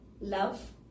love